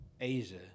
Asia